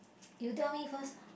you tell me first